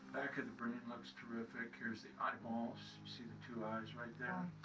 back of the brain looks terrific. here's the eyeballs. see the two eyes right